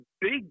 big